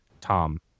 Tom